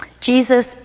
Jesus